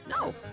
No